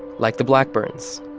like the blackburns.